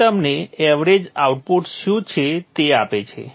તે તમને average output શું છે તે આપે છે